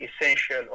essential